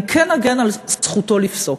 אני כן אגן על זכותו לפסוק.